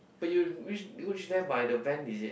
but you reach reach there by the van is it